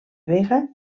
vega